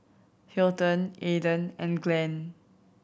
Hilton Aidan and Glen